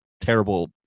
terrible